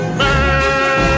man